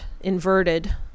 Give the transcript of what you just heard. inverted